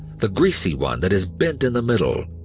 the greasy one that is bent in the middle.